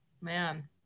man